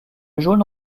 jaune